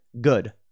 Good